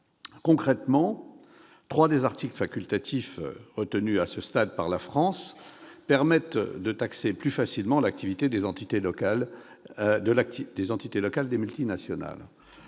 Concrètement, trois des articles facultatifs retenus par la France à ce stade permettent de taxer plus facilement l'activité des entités locales des multinationales.